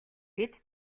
бид